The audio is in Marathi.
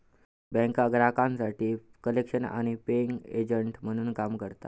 बँका ग्राहकांसाठी कलेक्शन आणि पेइंग एजंट म्हणून काम करता